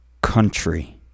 country